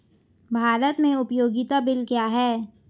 भारत में उपयोगिता बिल क्या हैं?